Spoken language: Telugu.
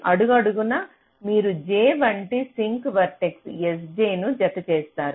అడుగడుగునా మీరు j వంటి సింక్ వర్టెక్స్ sj ను జతచేస్తారు